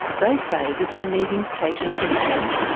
they say that they are meeting patient demand.